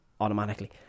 automatically